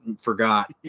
forgot